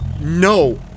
No